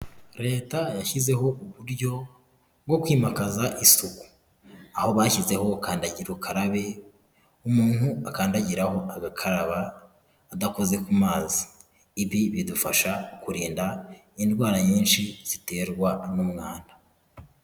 Leta yashyizeho uburyo bwo kwimakaza isuku, aho bashyizeho kandagira ukarabe umuntu akandagiraho agakaraba adakoze ku mazi, ibi bidufasha kurinda indwara nyinshi ziterwa n'umwanda.